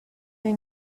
born